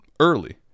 Early